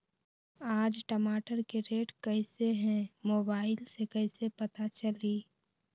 आज टमाटर के रेट कईसे हैं मोबाईल से कईसे पता चली?